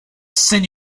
send